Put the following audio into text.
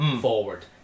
forward